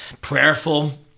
prayerful